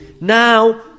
Now